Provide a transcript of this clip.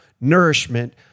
nourishment